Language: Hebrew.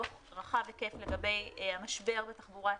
דוח רחב היקף לגבי המשבר בתחבורה הציבורית,